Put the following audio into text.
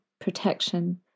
protection